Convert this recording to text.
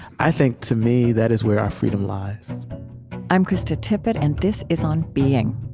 i think, to me, that is where our freedom lies i'm krista tippett, and this is on being